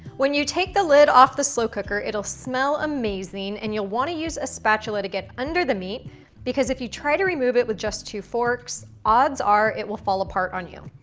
when you take the lid off the slow cooker, it'll smell amazing and you'll want to use a spatula to get under the meat because if you try to remove it with just two forks, odds are, it will fall apart on you.